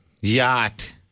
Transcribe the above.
Yacht